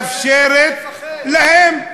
מאפשרת להם.